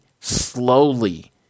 slowly